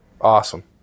awesome